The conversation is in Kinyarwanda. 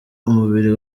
umubiri